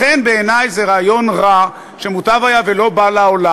לכן, בעיני זה רעיון רע, שמוטב שלא היה בא לעולם.